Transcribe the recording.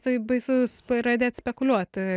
tai baisus pradėt spekuliuoti